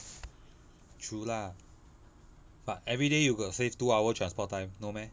true lah but everyday you got save two hour transport time no meh